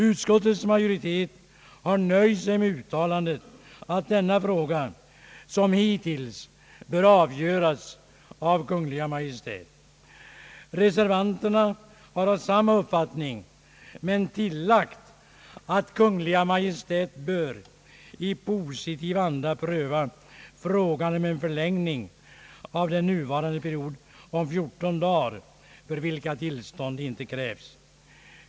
Utskottets majoritet har nöjt sig med uttalandet att denna fråga liksom hittills bör avgöras av Kungl. Maj:t. Reservanterna har haft samma uppfattning men tillagt att Kungl. Maj:t bör »i positiv anda pröva frågan om en förlängning» av den nuvarande period om 14 dagar för vilken tillstånd inte krävs.